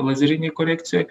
lazerinėj korekcijoj